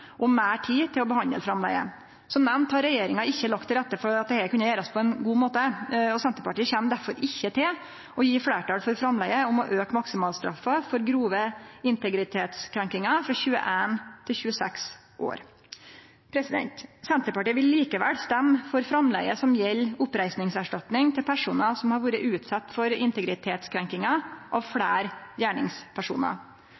og meir tid til å behandle framlegget. Som nemnt har regjeringa ikkje lagt til rette for at dette kunne gjerast på ein god måte. Senterpartiet kjem derfor ikkje til å gje fleirtal for framlegget om å auke maksimalstraffa for grove integritetskrenkingar frå 21 til 26 år. Senterpartiet vil likevel stemme for framlegget som gjeld oppreisningserstatning til personar som har vore utsette for integritetskrenkingar av